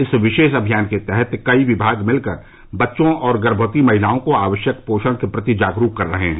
इस विशेष अमियान के तहत कई विभाग मिलकर बच्चों और गर्भवती महिलाओं को आवश्यक पोषण के प्रति जागरूक कर रहे हैं